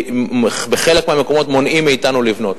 שבחלק מהמקומות מונעים מאתנו לבנות.